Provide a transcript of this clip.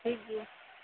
ᱴᱷᱤᱠ ᱜᱮᱭᱟ